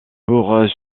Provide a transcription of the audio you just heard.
pour